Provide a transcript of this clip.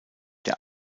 der